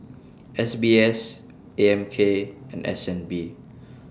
S B S A M K and S N B